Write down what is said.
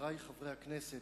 חברי חברי הכנסת,